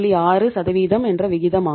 6 என்ற விகிதமாகும்